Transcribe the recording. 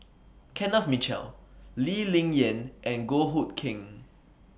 Kenneth Mitchell Lee Ling Yen and Goh Hood Keng